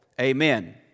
amen